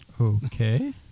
Okay